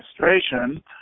administration